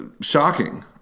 Shocking